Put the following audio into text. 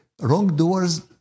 wrongdoers